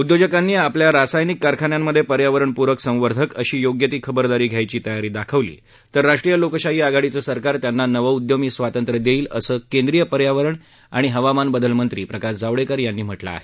उद्योजकांनी आपल्या रासायनिक कारखान्यांमधे पर्यावरणपूरक संवर्धक अशी योग्य ती खबरदारी घ्यायची तयारी दाखवली तर राष्ट्रीय लोकशाही आघाडीचं सरकार त्यांना नवउद्यमी स्वातंत्र्य देईल असं केंद्रीय पर्यावरण आणि हवामान बदल मंत्री प्रकाश जावडेकर यांनी म्हटलं आहे